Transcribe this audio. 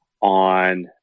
on